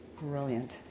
brilliant